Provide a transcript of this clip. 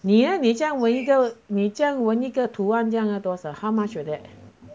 你耶你这羊纹一个你这样纹一个图案这样要多少 how much will that